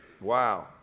Wow